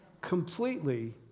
Completely